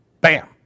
bam